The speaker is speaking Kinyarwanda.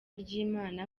ry’imana